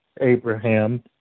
Abraham